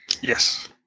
Yes